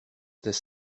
this